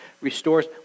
restores